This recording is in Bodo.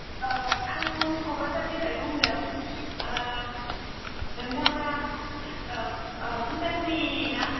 ओ आं कक्राझारनिफ्राय बुंदों ओ नोंथाङा ओं भुटान नि ना